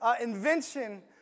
invention